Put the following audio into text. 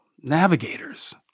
Navigators